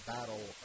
Battle